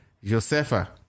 Josefa